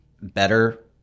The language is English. better